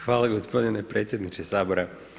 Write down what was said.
Hvala gospodine predsjedniče Sabora.